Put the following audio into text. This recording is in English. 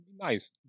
nice